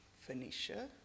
Phoenicia